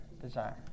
Desire